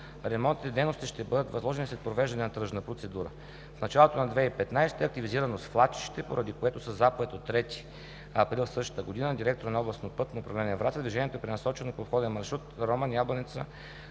Ремонтните дейности ще бъдат възложени след провеждане на тръжна процедура. В началото на 2015 г. е активизирано свлачище, поради което със заповед от 3 април същата година директорът на Областно пътно управление – Враца, движението е пренасочено по обходен маршрут Роман – Ябланица